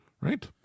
Right